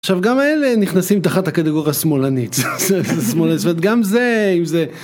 עכשיו גם אלה נכנסים תחת הקטגוריה השמאלנית, חח... גם זה...